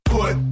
Put